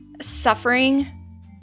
suffering